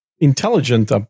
intelligent